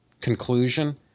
conclusion